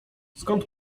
skąd